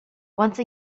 once